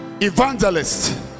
evangelists